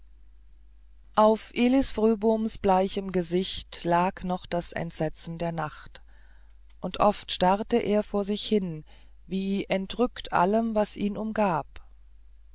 auf elis fröboms bleichem gesicht lag noch das entsetzen der nacht und oft starrte er vor sich hin wie entrückt allem was ihn umgab